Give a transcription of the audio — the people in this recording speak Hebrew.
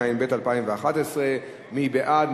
התשע"ב 2012. מי בעד?